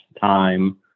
time